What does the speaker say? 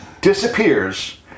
disappears